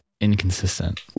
inconsistent